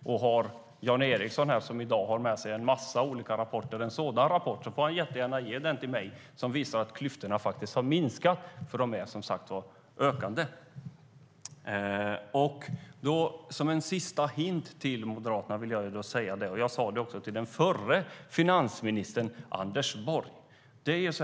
Om Jan Ericson, som har med sig en massa olika rapporter i dag, har med sig en rapport som visar att klyftorna har minskat får han gärna ge den till mig, för de är som sagt ökande. Låt mig ge Moderaterna en sista hint. Jag gav den också till förre finansministern Anders Borg.